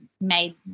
made